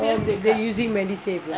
oh they using medisave lah